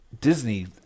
Disney